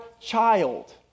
child